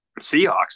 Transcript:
Seahawks